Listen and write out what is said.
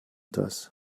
das